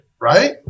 right